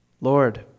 Lord